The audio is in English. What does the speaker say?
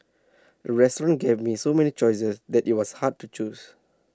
the restaurant gave me so many choices that IT was hard to choose